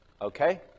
okay